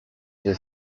the